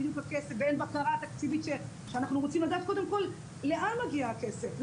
ואין בקרה תקציבית כשאנחנו רוצים לדעת קודם כל לאן מגיע הכסף,